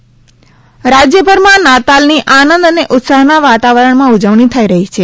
નાતાલ રાજયભરમાં નાતાલની આનંદ અને ઉત્સાહના વાતવારણમાં ઉજવણી થઇ રહી છે